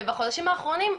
ובחודשים האחרונים,